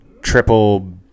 triple